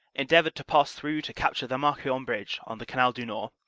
endeavored to pass through to capture the marquion bridge on the canal du nord.